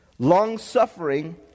Long-suffering